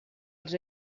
els